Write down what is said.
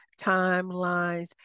timelines